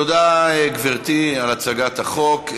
תודה, גברתי, על הצגת החוק.